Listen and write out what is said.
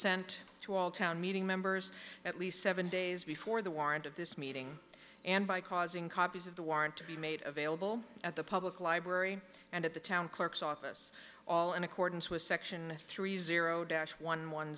sent to all town meeting members at least seven days before the warrant of this meeting and by causing copies of the warrant to be made available at the public library and at the town clerk's office all in accordance with section three zero dash one one